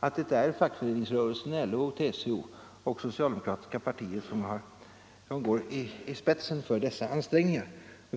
att det är fackföreningsrörelsen, LO och TCO, och det socialdemokratiska partiet som går i spetsen för dessa ansträngningar.